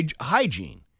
hygiene